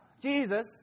Jesus